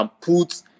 put